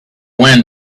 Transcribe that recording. wind